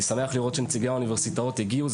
אני שמח לראות שנציגי האוניברסיטאות הגיעו.